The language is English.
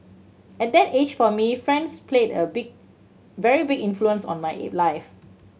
at that age for me friends played a big very big influence on my life